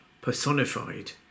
personified